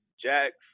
Jacks